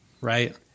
right